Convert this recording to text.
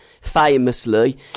famously